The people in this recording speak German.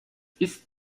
ist